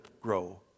grow